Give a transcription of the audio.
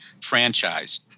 franchise